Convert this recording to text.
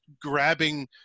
grabbing